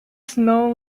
snow